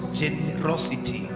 generosity